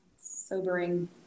sobering